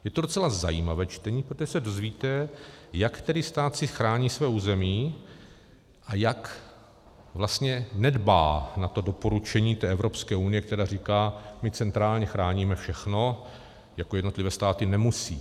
Je to docela zajímavé čtení, protože se dozvíte, jak který stát si chrání své území a jak vlastně nedbá na to doporučení Evropské unie, které říká: My centrálně chráníme všechno, jako jednotlivé státy nemusíte.